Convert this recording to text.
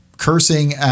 cursing